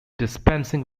dispensing